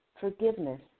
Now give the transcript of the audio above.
forgiveness